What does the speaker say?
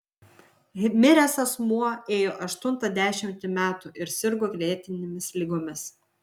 miręs asmuo ėjo aštuntą dešimtį metų ir sirgo lėtinėmis ligomis